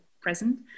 present